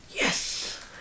yes